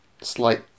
slight